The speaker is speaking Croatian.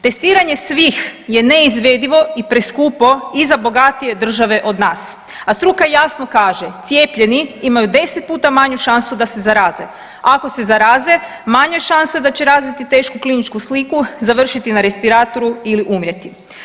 Testiranje svih je neizvedivo i preskupo i za bogatije države od nas, a struka jasno kaže cijepljeni imaju 10 puta manju šansu da se zaraze, a ako se zaraze manja je šansa da će razviti tešku kliničku sliku, završiti na respiratoru ili umrijeti.